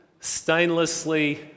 stainlessly